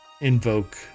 invoke